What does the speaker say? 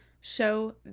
show